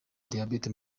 diyabete